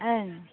ओं